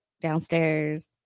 downstairs